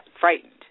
frightened